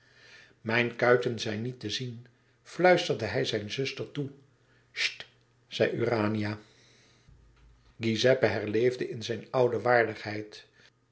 mijn kuiten zijn niet te zien fluisterde hij zijn zuster toe cht zeide urania giuseppe herlevende in zijn oude waardigheid